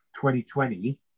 2020